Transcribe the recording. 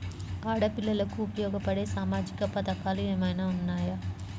ఆడపిల్లలకు ఉపయోగపడే సామాజిక పథకాలు ఏమైనా ఉన్నాయా?